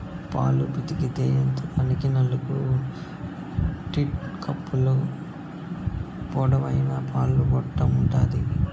పాలు పితికే యంత్రానికి నాలుకు టీట్ కప్పులు, పొడవైన పాల గొట్టం ఉంటాది